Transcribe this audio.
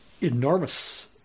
Enormous